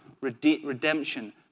redemption